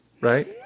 right